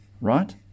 right